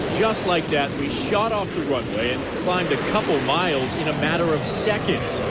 just like that we shot off the runway and climbed a couple miles the and a matter of seconds.